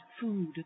food